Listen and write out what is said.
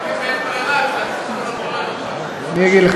אז אם אין ברירה, אני אגיד לך.